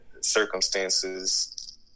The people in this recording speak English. circumstances